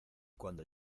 cuando